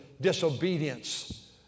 disobedience